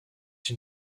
une